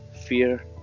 fear